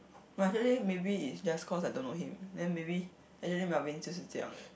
no actually maybe is just cause I don't know him then maybe actually